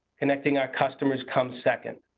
connecting our customers, comes second.